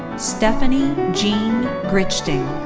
stephanie jean grichting.